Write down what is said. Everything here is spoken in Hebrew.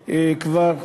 מהארכיון.